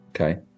okay